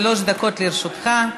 שלוש דקות לרשותך.